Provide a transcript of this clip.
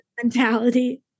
mentality